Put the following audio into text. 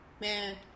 man